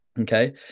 Okay